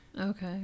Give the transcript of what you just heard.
Okay